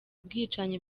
bwicanyi